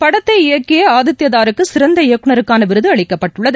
படத்தை இயக்கிய ஆதித்யதாருக்கு சிறந்த இயக்குநருக்கான விருது அளிக்கப்பட்டுள்ளது